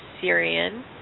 Syrian